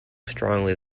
strongly